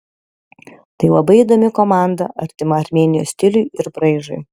tai labai įdomi komanda artima armėnijos stiliui ir braižui